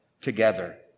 together